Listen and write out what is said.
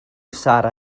sarra